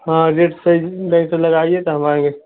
हाँ तो रेट सही लगाइए त हम आएंगे